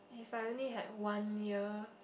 if I only had one meal